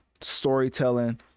storytelling